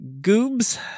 Goobs